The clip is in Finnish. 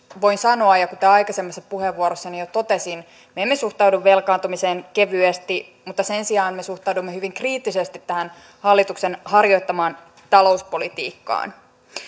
voin sanoa kuten aikaisemmassa puheenvuorossani jo totesin että me emme suhtaudu velkaantumiseen kevyesti mutta sen sijaan me suhtaudumme hyvin kriittisesti tähän hallituksen harjoittamaan talouspolitiikkaan